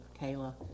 Kayla